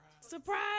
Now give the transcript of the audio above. surprise